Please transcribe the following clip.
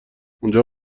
اونجا